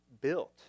built